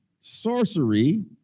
sorcery